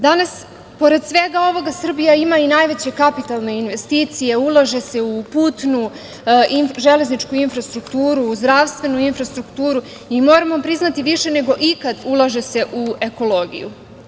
Danas pored svega ovoga Srbija ima i najveće kapitalne investicije, ulaže se u putnu i železničku infrastrukturu, u zdravstvenu infrastrukturu i mora priznati više nego ikada ulaže se u ekologiju.